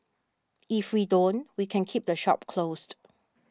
if we don't we can keep the shop closed